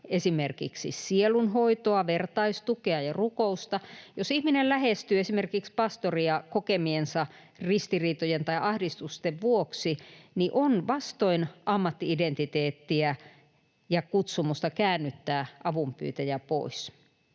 esimerkiksi sielunhoitoa, vertaistukea ja rukousta? Jos ihminen lähestyy esimerkiksi pastoria kokemiensa ristiriitojen tai ahdistusten vuoksi, niin on vastoin ammatti-identiteettiä ja kutsumusta käännyttää avunpyytäjä pois.